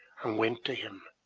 and went to him.